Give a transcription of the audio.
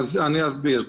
אני אסביר.